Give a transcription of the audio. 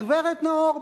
הגברת נאור,